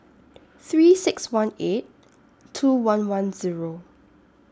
three six one eight two one one Zero